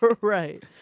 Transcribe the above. right